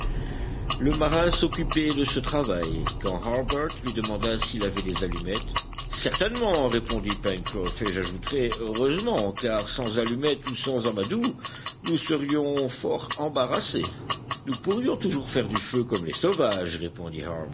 le marin s'occupait de ce travail quand harbert lui demanda s'il avait des allumettes certainement répondit pencroff et j'ajouterai heureusement car sans allumettes ou sans amadou nous serions fort embarrassés nous pourrions toujours faire du feu comme les sauvages répondit